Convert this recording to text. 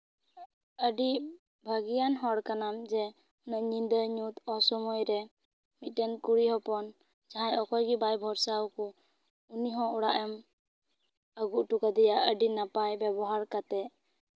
ᱟᱹᱰᱤ ᱵᱷᱟᱜᱮᱭᱟᱱ ᱦᱚᱲ ᱠᱟᱱᱟᱢ ᱡᱮ ᱧᱤᱫᱟᱹ ᱧᱩᱛ ᱚᱥᱚᱢᱚᱭ ᱨᱮ ᱢᱤᱫᱴᱮᱱ ᱠᱩᱲᱤ ᱦᱚᱯᱚᱱ ᱡᱟᱦᱟᱸᱭ ᱚᱠᱚᱭ ᱜᱮ ᱵᱟᱭ ᱵᱷᱚᱨᱥᱟ ᱟᱠᱚ ᱩᱱᱤ ᱦᱚᱸ ᱚᱲᱟᱜ ᱮᱢ ᱟᱹᱜᱩ ᱦᱚᱴᱚ ᱠᱟᱫᱮᱭᱟ ᱟᱹᱰᱤ ᱱᱟᱯᱟᱭ ᱵᱮᱵᱚᱦᱟᱨ ᱠᱟᱛᱮ